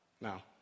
Now